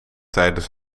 tijdens